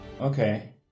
Okay